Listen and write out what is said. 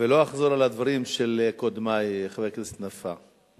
ולא אחזור על הדברים של קודמי חבר הכנסת נפאע.